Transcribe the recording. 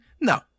No